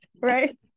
right